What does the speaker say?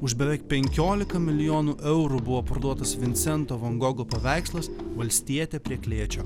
už beveik penkiolika milijoną eurų buvo parduotas vincento van gogo paveikslas valstietė prie klėčio